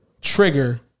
trigger